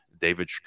David